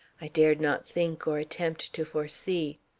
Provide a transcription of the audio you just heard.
i dared not think or attempt to foresee.